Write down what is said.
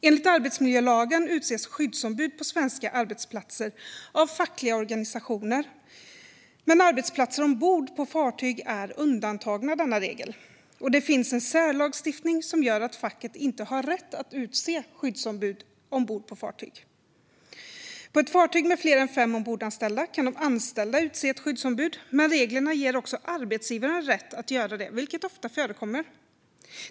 Enligt arbetsmiljölagen utses skyddsombud på svenska arbetsplatser av fackliga organisationer, men arbetsplatser ombord på fartyg är undantagna från denna regel. Det finns en särlagstiftning som gör att facket inte har rätt att utse skyddsombud ombord på fartyg. På ett fartyg med fler än fem ombordanställda kan de anställda utse ett skyddsombud. Men reglerna ger också arbetsgivaren rätt att göra det, vilket ofta förekommer.